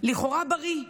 לכאורה בריא,